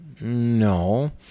No